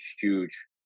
huge